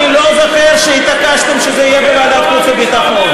אני לא זוכר שהתעקשתם שזה יהיה בוועדת חוץ וביטחון.